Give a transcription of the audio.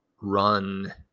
run